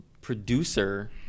producer